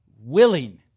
willing